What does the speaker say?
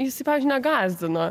įsivežę negąsdino